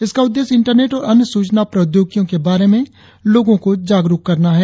इसका उद्देश्य इंटरनेट और अन्य सूचना प्रौद्योगिकियों के बारे में लोगों को जागरुक करना है